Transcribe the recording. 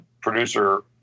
producer